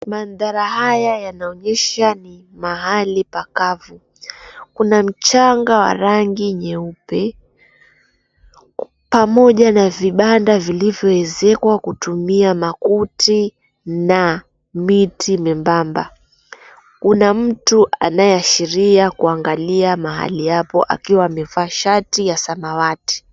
Manthara haya yanaonyesha ni mahali pakavu. Kuna mchanga wa rangi nyeupe, pamoja na vibanda vilivyoezekwa kutumia makuti na miti membamba. Kuna mtu anayeashiria kuangalia mahali hapo, akiwa amevaa shati ya samawati.